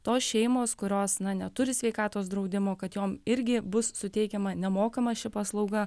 tos šeimos kurios na neturi sveikatos draudimo kad jom irgi bus suteikiama nemokama ši paslauga